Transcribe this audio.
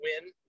win